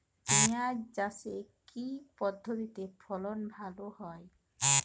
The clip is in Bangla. পিঁয়াজ চাষে কি পদ্ধতিতে ফলন ভালো হয়?